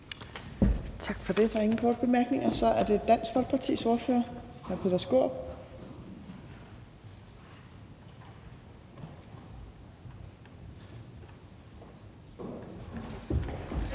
Tak for det. Der er ingen korte bemærkninger. Og så er det Dansk Folkepartis ordfører, hr. Peter Skaarup.